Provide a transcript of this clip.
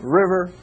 river